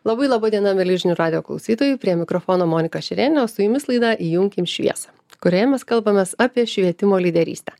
labai laba diena mieli žinių radijo klausytojai prie mikrofono monika šerėnienė su jumis laida įjunkim šviesą kurioje mes kalbamės apie švietimo lyderystę